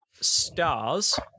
stars